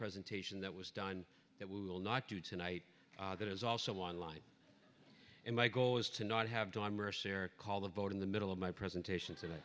presentation that was done that we will not do tonight that is also online in my goal is to not have to call the vote in the middle of my presentation to